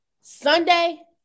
Sunday